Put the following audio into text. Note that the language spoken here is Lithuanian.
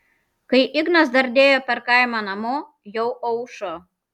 kai ignas dardėjo per kaimą namo jau aušo